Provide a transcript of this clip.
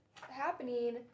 happening